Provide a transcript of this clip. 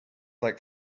like